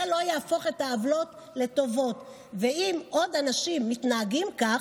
זה לא יהפוך את העוולות לטובות אם עוד אנשים מתנהגים כך.